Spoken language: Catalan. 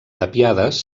tapiades